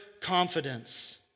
confidence